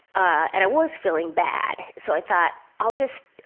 and i was feeling bad so i thought, i'll just.